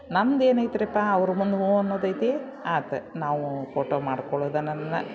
ನಮ್ದು ಏನೈತ್ರಿಪ್ಪ ಅವ್ರ ಮುಂದೆ ಹ್ಞೂ ಅನ್ನೋದೈತಿ ಆತು ನಾವು ಫೋಟೊ ಮಾಡ್ಕೊಳ್ಳೋದೇ ನನ್ನ